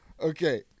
Okay